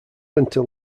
until